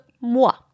moi